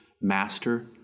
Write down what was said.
master